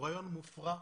הוא רעיון מופרך,